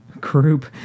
group